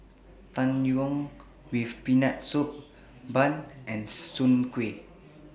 Tang Yuen with Peanut Soup Bun and Soon Kuih